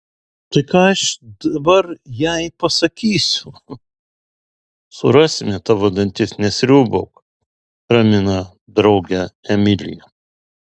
tai ką aš dabar jai pasakysiu surasime tavo dantis nesriūbauk ramina draugę emilija